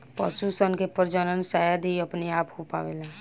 पशु सन के प्रजनन शायद ही अपने आप हो पावेला